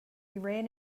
ran